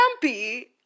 grumpy